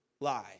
lie